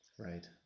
Right